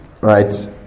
right